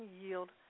yield